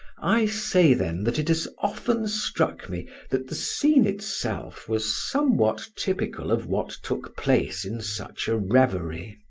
i say, then, that it has often struck me that the scene itself was somewhat typical of what took place in such a reverie.